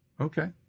okay